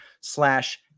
slash